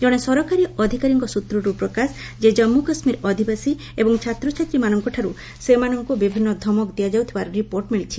ଜଣେ ସରକାରୀ ଅଧିକାରୀଙ୍କ ସୂତ୍ରରୁ ପ୍ରକାଶ ଯେ ଜାଞ୍ଗୁ କାଶ୍ମୀର ଅଧିବାସୀ ଏବଂ ଛାତ୍ରଛାତ୍ରୀମାନଙ୍କ ଠାରୁ ସେମାନଙ୍କୁ ବିଭିନ୍ନ ଧମକ ଦିଆଯାଉଥିବାର ରିପୋର୍ଟ ମିଳିଛି